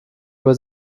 über